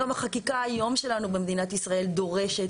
גם החקיקה היום שלנו במדינת ישראל דורשת